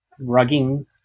rugging